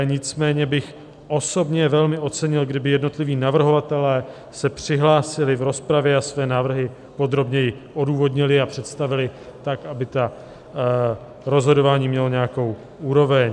Nicméně bych osobně velmi ocenil, kdyby jednotliví navrhovatelé se přihlásili v rozpravě a své návrhy podrobněji odůvodnili a představili, aby to rozhodování mělo nějakou úroveň.